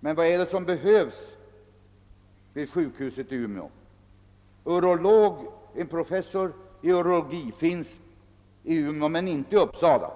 Men vad är det då för läkare som behövs vid sjukhuset i Umeå? Vi har i Umeå en professor i urologi, vilket inte finns i Uppsala.